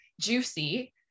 juicy